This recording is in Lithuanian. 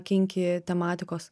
kinki tematikos